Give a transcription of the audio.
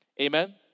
Amen